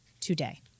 today